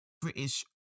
British